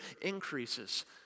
increases